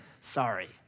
Sorry